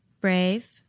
Brave